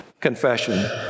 confession